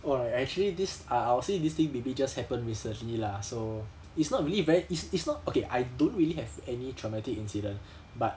well I actually this I I will say this thing maybe just happened recently lah so it's not really very it's it's not okay I don't really have any traumatic incident but